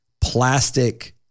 plastic